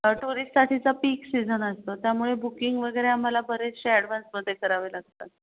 टुरिससाठीचा peak season असतो त्यामुळे booking वगैरे आम्हाला बरेचसे ॲडव्हान्समध्ये करावे लागतात